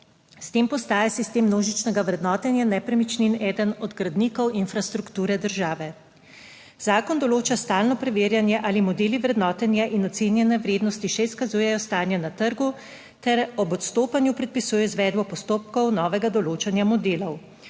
S tem postaja sistem množičnega vrednotenja nepremičnin eden od gradnikov infrastrukture države. Zakon določa stalno preverjanje, ali modeli vrednotenja in ocenjene vrednosti še izkazujejo stanje na trgu ter ob odstopanju predpisuje izvedbo postopkov novega določanja modelov.